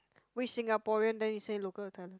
we Singaporean then you say local term